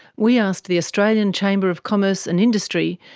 we asked the australian chamber of commerce and industry,